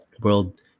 world